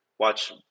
watch